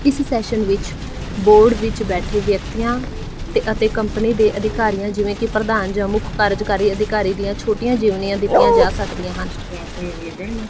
ਇਸ ਸੈਸ਼ਨ ਵਿੱਚ ਬੋਰਡ ਵਿੱਚ ਬੈਠੇ ਵਿਅਕਤੀਆਂ ਅਤੇ ਅਤੇ ਕੰਪਨੀ ਦੇ ਅਧਿਕਾਰੀਆਂ ਜਿਵੇਂ ਕਿ ਪ੍ਰਧਾਨ ਜਾਂ ਮੁੱਖ ਕਾਰਜਕਾਰੀ ਅਧਿਕਾਰੀ ਦੀਆਂ ਛੋਟੀਆਂ ਜੀਵਨੀਆਂ ਦਿੱਤੀਆਂ ਜਾ ਸਕਦੀਆਂ ਹਨ